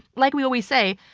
like we always say,